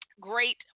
great